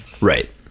Right